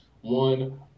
one